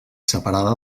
separada